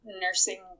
nursing